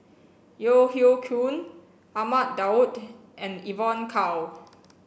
Yeo Hoe Koon Ahmad Daud and Evon Kow